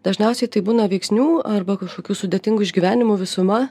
dažniausiai tai būna veiksnių arba kažkokių sudėtingų išgyvenimų visuma